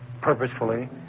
purposefully